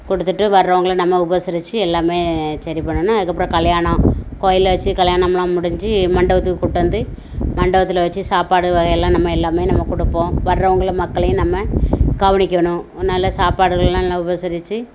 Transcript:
கொடுத்துட்டு வர்றவங்கள நம்ம உபசரித்து எல்லாம் சரி பண்ணணும் அதுக்கப்புறம் கல்யாணம் கோயிலில் வச்சி கல்யாணம்லாம் முடிஞ்சு மண்டபத்துக்கு கூப்பிட்டு வந்து மண்டபத்தில் வச்சி சாப்பாடு வகையெல்லாம் நம்ம எல்லாம் நம்ம கொடுப்போம் வர்றவங்கள மக்களையும் நம்ம கவனிக்கணும் நல்லா சாப்பாடுகள்லாம் நல்லா உபசரித்து